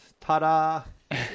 ta-da